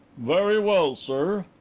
very well, sir.